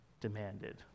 demanded